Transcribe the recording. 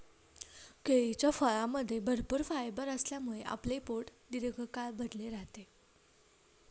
केळीच्या फळामध्ये भरपूर फायबर असल्यामुळे आपले पोट दीर्घकाळ भरलेले राहते